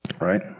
Right